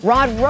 Rod